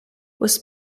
was